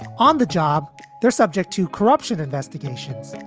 on the job, they're subject to corruption investigations.